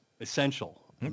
essential